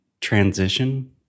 transition